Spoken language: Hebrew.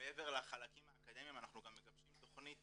מעבר לחלקים האקדמיים אנחנו גם מגבשים תכנית